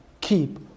keep